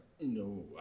No